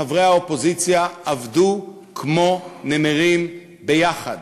חברי האופוזיציה עבדו כמו נמרים ביחד.